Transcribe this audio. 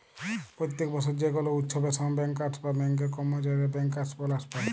প্যত্তেক বসর যে কল উচ্ছবের সময় ব্যাংকার্স বা ব্যাংকের কম্মচারীরা ব্যাংকার্স বলাস পায়